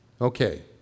Okay